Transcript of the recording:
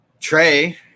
trey